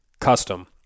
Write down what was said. custom